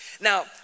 Now